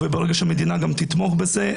וברגע שהמדינה גם תתמוך בזה,